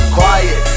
quiet